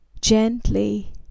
Gently